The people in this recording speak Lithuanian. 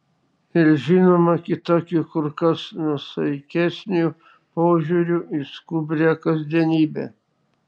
ir žinoma kitokiu kur kas nuosaikesniu požiūriu į skubrią kasdienybę